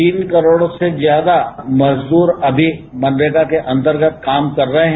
तीन करोड़ से ज्यादा मजदूर अभी मनरेगा के अंतर्गत काम कर रहे हैं